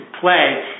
play